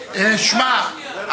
שמע,